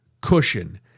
cushion